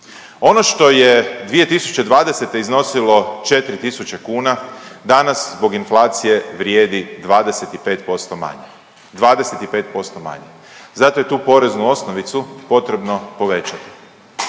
Ono što je 2020. iznosilo 4.000,00 kuna danas zbog inflacije vrijedi 25% manje. 25% manje. Zato je tu poreznu osnovicu potrebno povećati